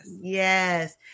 Yes